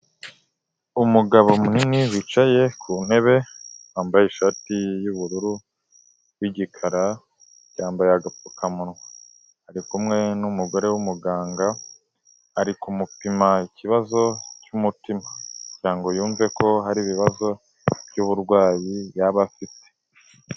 Umugabo munini wicaye ku ntebe wambaye ishati y'ubururu w'igikara, yambaye agapfukamunwa, ari kumwe n'umugore w'umuganga ari kumupima ikibazo cy'umutima, kugira ngo yumve ko hari ibibazo by'uburwayi yaba afite.